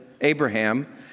Abraham